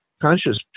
conscious